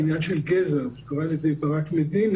העניין של גזע הוזכרה על ידי ברק מדינה.